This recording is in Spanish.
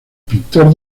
pintor